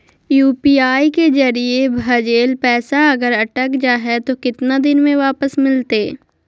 UPI के जरिए भजेल पैसा अगर अटक जा है तो कितना दिन में वापस मिलते?